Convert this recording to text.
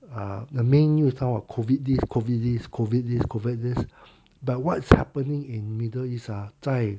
um the main you is call what COVID this COVID this COVID this COVID this but what is happening in middle east ah 在